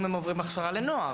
אם הם עוברים הכשרה לנוער.